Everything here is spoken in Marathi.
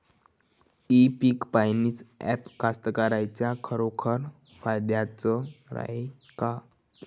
इ पीक पहानीचं ॲप कास्तकाराइच्या खरोखर फायद्याचं हाये का?